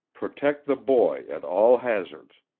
protect the boy at all hazards.